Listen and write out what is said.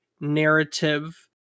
narrative